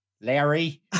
Larry